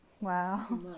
Wow